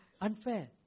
unfair